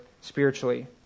spiritually